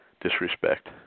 disrespect